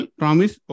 promise